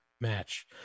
match